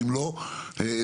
הזה?